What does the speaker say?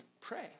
Pray